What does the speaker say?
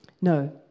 No